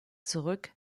zurück